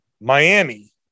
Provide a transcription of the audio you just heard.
Miami